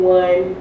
one